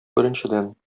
беренчедән